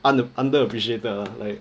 under under appreciated lah like